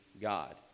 God